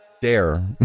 Dare